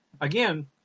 again